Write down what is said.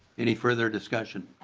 any further discussion?